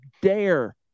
dare